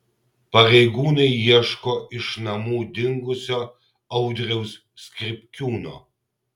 pareigūnai ieško iš namų dingusio audriaus skripkiūno